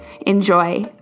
Enjoy